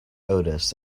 otis